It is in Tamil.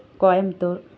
கோயம்புத்தூர்